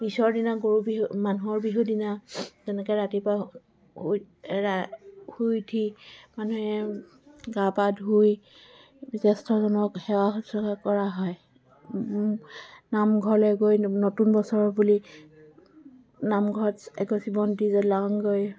পিছৰ দিনা গৰু বিহু মানুহৰ বিহু দিনা তেনেকৈ ৰাতিপুৱা শুই উঠি মানুহে গা পা ধুই জ্যেষ্ঠজনক সেৱা শুশ্ৰূষা কৰা হয় নামঘৰলৈ গৈ নতুন বছৰ বুলি নামঘৰত এগছি বন্তি জলাওঁগৈ